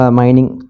mining